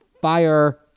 fire